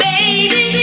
Baby